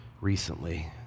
recently